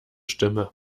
stimme